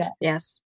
yes